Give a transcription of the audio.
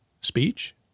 speech